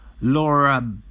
Laura